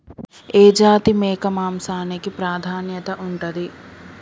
ఏ జాతి మేక మాంసానికి ప్రాధాన్యత ఉంటది?